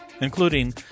including